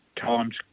times